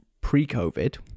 pre-covid